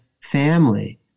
family